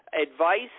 advice